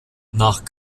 nach